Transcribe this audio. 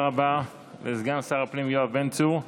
רבה לסגן שר הפנים יואב בן צור.